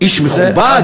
איש מכובד,